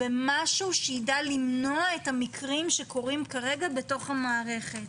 משהו שיידע למנוע את המקרים שקורים כרגע בתוך המערכת.